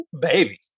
baby